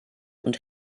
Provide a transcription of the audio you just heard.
und